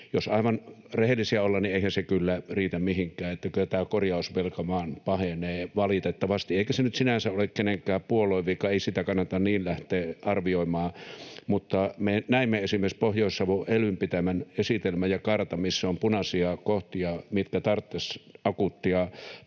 jos aivan rehellisiä ollaan, kyllä riitä mihinkään. Kyllä tämä korjausvelka vain pahenee valitettavasti, eikä se nyt sinänsä ole kenenkään puolueen vika, ei sitä kannata niin lähteä arvioimaan. Mutta me näimme esimerkiksi Pohjois-Savon elyn pitämän esitelmän ja kartan, missä on punaisia kohtia, mitkä tarvitsisivat akuuttia